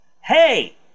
Hey